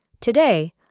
Today